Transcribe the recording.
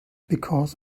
because